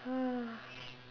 ha